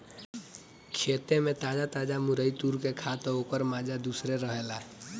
खेते में ताजा ताजा मुरई तुर के खा तअ ओकर माजा दूसरे रहेला